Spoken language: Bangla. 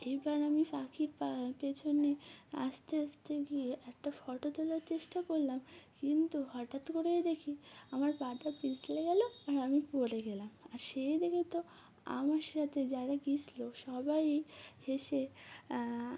এবার আমি পাখির পা পেছনে আস্তে আস্তে গিয়ে একটা ফটো তোলার চেষ্টা করলাম কিন্তু হঠাৎ করেই দেখি আমার পাটা পিছলে গেল আর আমি পড়ে গেলাম আর সেই দেখে তো আমার সাথে যারা গিয়েছিলো সবাই হেসে